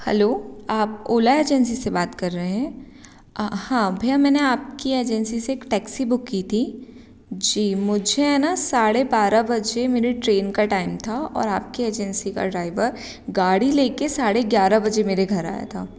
hello आप Ola agency से बात कर रहे हैं हाँ भैया मैने आपकी एजेंसी से एक टैक्सी बुक की थी जी मुझे है ना साढ़े बारा बजे मेरी ट्रेन का टाइम था और आपकी एजेंसी का ड्राइवर गाड़ी ले कर साढ़े ग्यारह बजे मेरे घर आया था